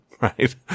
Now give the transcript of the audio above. right